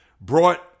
brought